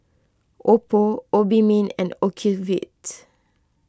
Oppo Obimin and Ocuvite